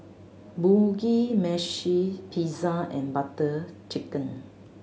Mugi Meshi Pizza and Butter Chicken